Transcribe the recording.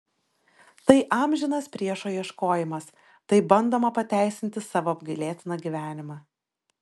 tai amžinas priešo ieškojimas taip bandoma pateisinti savo apgailėtiną gyvenimą